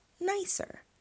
nicer